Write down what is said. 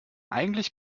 eigentlich